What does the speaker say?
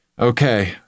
Okay